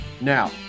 Now